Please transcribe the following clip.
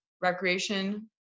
recreation